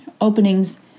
openings